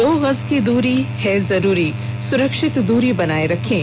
दो गज की दूरी है जरूरी सुरक्षित दूरी बनाए रखें